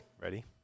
Ready